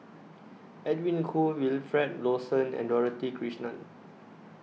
Edwin Koo Wilfed Lawson and Dorothy Krishnan